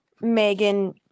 Megan